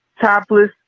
topless